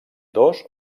dos